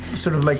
sort of like